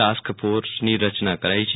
task ફોર્સની રચના કરાઈ છે